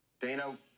Dana